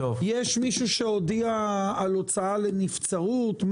יש מישהו שהודיע על הוצאה לנבצרות?